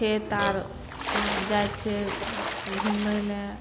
खेत आर जाइ छियै घुमै लए